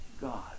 God